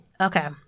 Okay